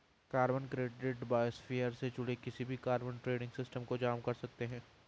carbon credit biosphere से जुड़े किसी भी कार्बन ट्रेडिंग सिस्टम को जाम कर सकते हैं